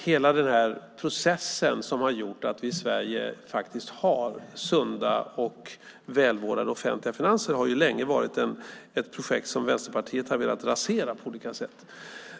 Hela den här processen som har gjort att vi i Sverige faktiskt har sunda och välvårdade offentliga finanser har ju länge varit ett projekt som Vänsterpartiet har velat rasera på olika sätt.